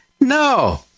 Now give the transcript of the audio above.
No